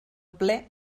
ple